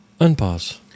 Unpause